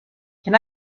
can